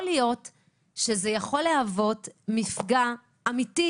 יכול להיות שזה יכול להוות מפגע אמיתי